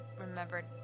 remembered